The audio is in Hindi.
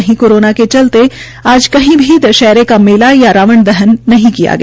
वहीं कोरोना के चलते कही भी दश्हरे का मेला व रावण दहन नहीं किया गया